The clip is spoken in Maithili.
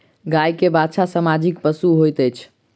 गाय के बाछा सामाजिक पशु होइत अछि